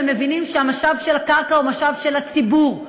ומבינים שהמשאב של הקרקע הוא המשאב של הציבור,